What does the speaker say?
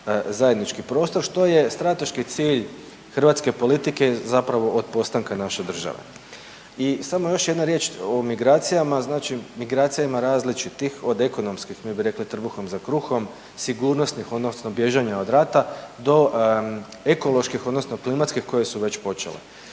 zajednički prostor što je strateški cilj hrvatske politike zapravo od postanka naše države. I samo još jedna riječ o migracijama. Znači migracija ima različitih od ekonomskih, mi bi rekli trbuhom za kruhom, sigurnosnih odnosno bježanja od rata do ekoloških, odnosno klimatskih koje su već počele.